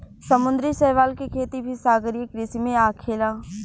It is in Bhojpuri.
समुंद्री शैवाल के खेती भी सागरीय कृषि में आखेला